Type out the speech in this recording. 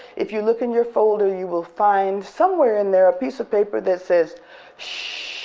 if you look in your folder, you will find somewhere in there a piece of paper that says sshhhhh